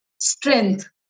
strength